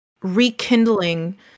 rekindling